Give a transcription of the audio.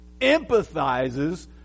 empathizes